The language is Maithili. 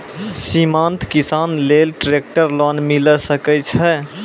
सीमांत किसान लेल ट्रेक्टर लोन मिलै सकय छै?